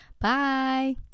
bye